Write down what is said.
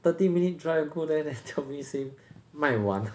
thirty minute drive go there then tell me say 卖完